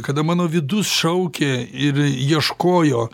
kada mano vidus šaukė ir ieškojo